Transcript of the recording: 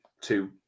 two